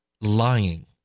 lying